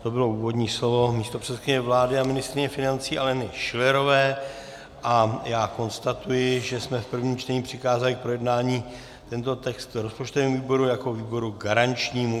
To bylo úvodní slovo místopředsedkyně vlády a ministryně financí Aleny Schillerové a já konstatuji, že jsme v prvém čtení přikázali k projednání tento text rozpočtovému výboru jako výboru garančnímu.